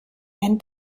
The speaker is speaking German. ein